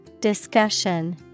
Discussion